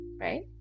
right